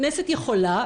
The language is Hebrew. הכנסת יכולה,